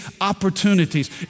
opportunities